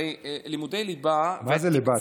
הרי לימודי ליבה, מה זה ליבה?